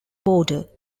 border